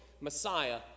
Messiah